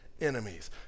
enemies